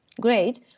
great